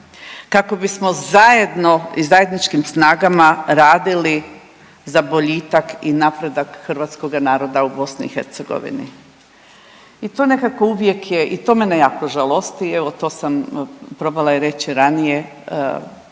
kako bismo zajedno i zajedničkim snagama radili za boljitak i napredak hrvatskoga naroda u BiH i to nekako uvijek je i to mene jako žalosti i evo to sam probala reći i ranije.